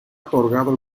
otorgado